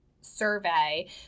survey